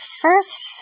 first